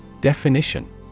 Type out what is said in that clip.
Definition